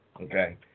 Okay